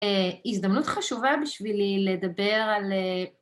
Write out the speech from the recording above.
הזדמנות חשובה בשבילי לדבר על